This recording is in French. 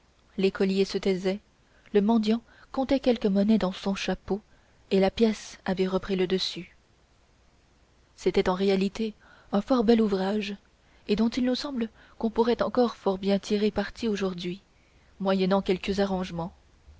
l'écolier se taisait le mendiant comptait quelque monnaie dans son chapeau et la pièce avait repris le dessus c'était en réalité un fort bel ouvrage et dont il nous semble qu'on pourrait encore fort bien tirer parti aujourd'hui moyennant quelques arrangements